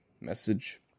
message